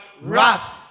wrath